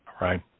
Right